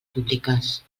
públiques